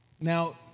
Now